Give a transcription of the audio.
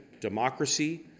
democracy